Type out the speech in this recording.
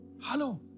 Hello